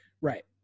Right